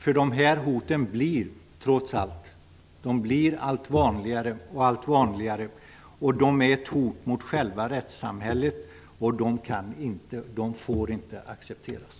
Dessa hot blir trots allt vanligare. De är ett hot mot själva rättssamhället, och de får inte accepteras.